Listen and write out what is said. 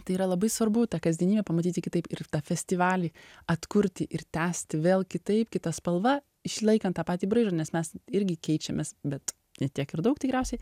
tai yra labai svarbu tą kasdienybę pamatyti kitaip ir tą festivalį atkurti ir tęsti vėl kitaip kita spalva išlaikant tą patį braižą nes mes irgi keičiamės bet ne tiek ir daug tikriausiai